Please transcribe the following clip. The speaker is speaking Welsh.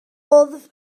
wddf